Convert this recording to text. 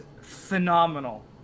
phenomenal